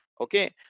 Okay